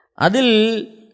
Adil